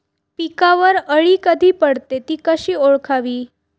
पिकावर अळी कधी पडते, ति कशी ओळखावी?